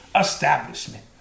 establishment